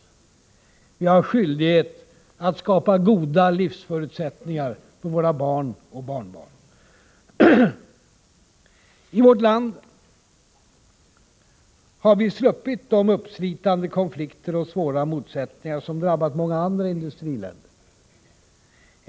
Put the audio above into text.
Vi har skyldighet att skapa goda livsförutsättningar för våra barn och våra barnbarn. I vårt land har vi sluppit de uppslitande konflikter och svåra motsättningar som drabbat så många andra industriländer.